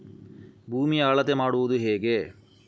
ಭೂಮಿಯ ಅಳತೆ ಮಾಡುವುದು ಹೇಗೆ?